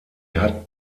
hat